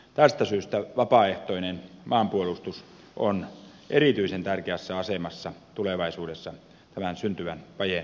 tästä syystä vapaaehtoinen maanpuolustus on erityisen tärkeässä asemassa tulevaisuudessa tämän syntyvän vajeen paikkaamisessa